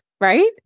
right